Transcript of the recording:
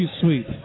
sweet